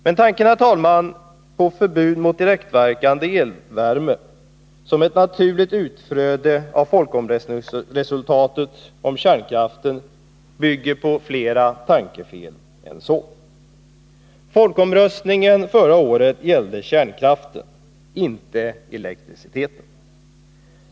Men tanken, herr talman, på förbud mot direktverkande elvärme som ett naturligt utflöde av resultatet av folkomröstningen om kärnkraften bygger på fler tankefel än så. Folkomröstningen förra året gällde kärnkraften, inte elektriciteten.